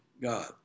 God